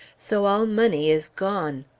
so all money is gone.